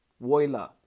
voila